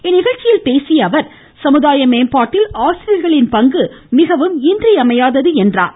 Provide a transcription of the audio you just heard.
இந்நிகழ்ச்சியில் பேசிய அவர் சமுதாய மேம்பாட்டில் ஆசிரியர்களின் பங்கு மிகவும் இன்றியமையாதது என்றார்